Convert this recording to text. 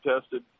tested